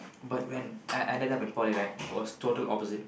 but when I I ended up in poly right it was total opposite